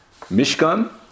Mishkan